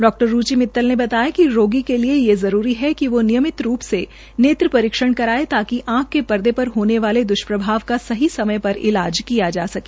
डॉ रूचि मितल ने बताया कि रोगी के लिए ये जरूरी है कि वो नियमित रूप से नेत्र परीक्षण करये ताकि आंख के पर्दे पर वाले द्ष्प्रभव का सही समय पर इलाज किया जा सके